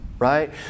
right